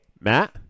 Matt